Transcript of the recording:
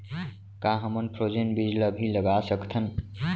का हमन फ्रोजेन बीज ला भी लगा सकथन?